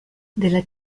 della